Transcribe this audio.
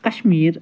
Kashmir